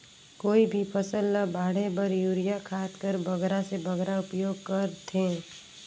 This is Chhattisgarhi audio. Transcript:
कोई भी फसल ल बाढ़े बर युरिया खाद कर बगरा से बगरा उपयोग कर थें?